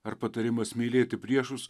ar patarimas mylėti priešus